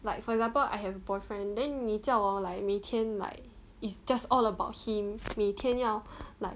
like for example I have boyfriend then 你叫我 like 每天 like it's just all about him 每天要 like